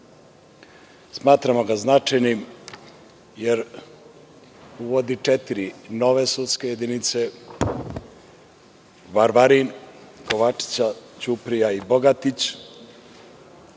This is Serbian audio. Smatramo ga značjanim jer uvodi četiri nove sudske jedinice – Varvarin, Kovačica, Ćuprija i